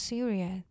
Syria，